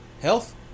Health